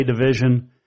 Division